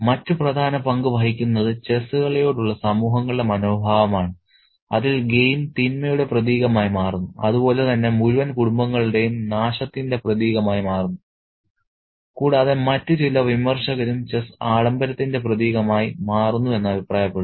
മറ്റ് പ്രധാന പങ്ക് വഹിക്കുന്നത് ചെസ്സ് കളിയോടുള്ള സമൂഹങ്ങളുടെ മനോഭാവമാണ് അതിൽ ഗെയിം തിന്മയുടെ പ്രതീകമായി മാറുന്നു അതുപോലെ തന്നെ മുഴുവൻ കുടുംബങ്ങളുടെയും നാശത്തിന്റെ പ്രതീകമായി മാറുന്നു കൂടാതെ മറ്റു ചില വിമർശകരും ചെസ്സ് ആഡംബരത്തിന്റെ പ്രതീകമായി മാറുന്നു എന്ന് അഭിപ്രായപ്പെടുന്നു